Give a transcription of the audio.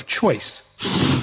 Choice